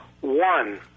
One